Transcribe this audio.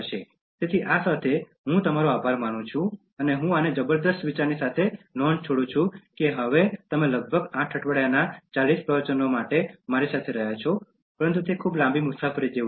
તેથી આ સાથે હું તમારો આભાર માનું છું અને હું આને જબરજસ્ત વિચારની સાથે નોંધ છોડું છું કે તમે હવે લગભગ 8 અઠવાડિયાના 40 પ્રવચનો માટે મારી સાથે રહ્યા છો તે ખૂબ લાંબી મુસાફરી જેવું છે